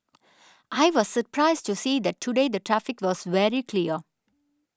I was surprised to see that today the traffic was very clear